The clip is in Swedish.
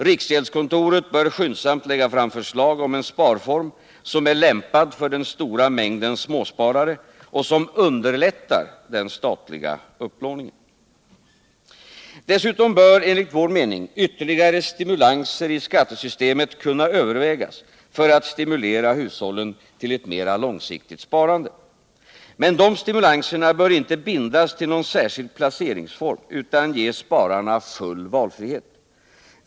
Riksgäldskontoret bör skyndsamt lägga fram förslag om en sparform som är lämpad för den stora mängden småsparare och som underlättar den statliga upplåningen. Dessutom bör enligt vår mening ytterligare stimulanser i skattesystemet kunna övervägas för att stimulera hushållen till ett mer långsiktigt sparande. Men de stimulanserna bör inte bindas till någon särskild placeringsform utan ge spararna full valfrihet.